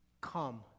come